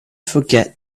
forget